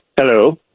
Hello